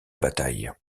bataille